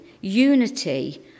unity